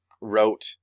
wrote